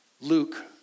Luke